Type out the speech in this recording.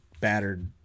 battered